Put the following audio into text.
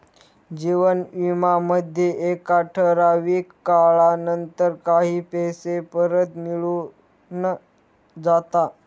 जीवन विमा मध्ये एका ठराविक काळानंतर काही पैसे परत मिळून जाता